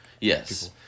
yes